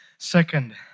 Second